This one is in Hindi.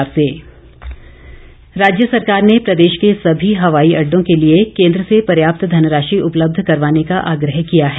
जीएसटी राज्य सरकार ने प्रदेश के सभी हवाई अड्डों के लिए केंद्र से पर्याप्त धनराशि उपलब्ध करवाने का आग्रह किया है